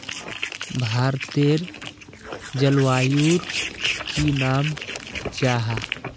भारतेर जलवायुर की नाम जाहा?